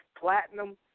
platinum